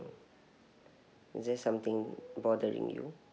is there something bothering you